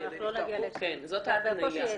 זאת ההתניה.